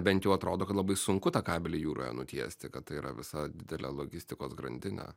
bent jau atrodo kad labai sunku tą kabelį jūroje nutiesti kad tai yra visa didelė logistikos grandinė